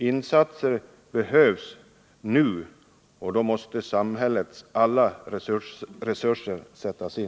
Insatser behövs nu, och då måste samhällets alla resurser sättas in.